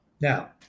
Now